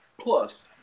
Plus